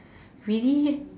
really